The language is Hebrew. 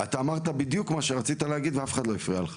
אתה אמרת בדיוק את מה שרצית להגיד ואף אחד לא הפריע לך.